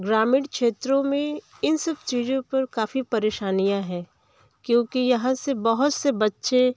ग्रामीण क्षेत्रों में इन सब चीज़ों पर काफ़ी परेशानियाँ है क्योंकि यहाँ से बहुत से बच्चे